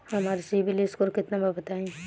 हमार CIBIL score केतना बा बताईं?